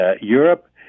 Europe